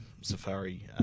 Safari